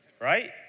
right